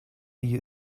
you